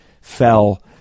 fell